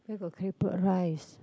where got claypot rice